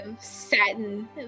satin